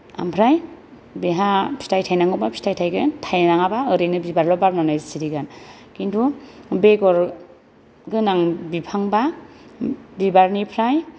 ओमफ्राय बेहा फिथाइ थायनांगौब्ला फिथाइ थायगोन थायनाङाब्ला ओरैनो बिबारल' बारनानै सिरिगोन खिन्थु बेगर गोनां बिफांब्ला बिबारनिफ्राय